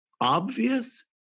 obvious